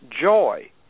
joy